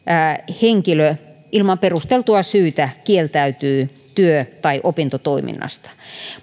henkilö ilman perusteltua syytä kieltäytyy työ tai opintotoiminnasta